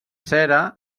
cera